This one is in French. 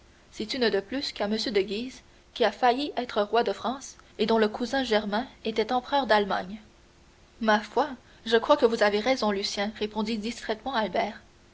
c'est une de plus qu'a m de guise qui a failli être roi de france et dont le cousin germain était empereur d'allemagne ma foi je crois que vous avez raison lucien répondit distraitement albert